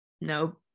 Nope